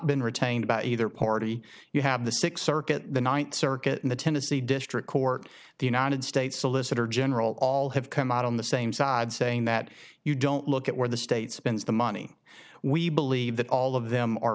been retained by either party you have the six circuit the ninth circuit in the tennessee district court the united states solicitor general all have come out on the same side saying that you don't look at where the state spends the money we believe that all of them are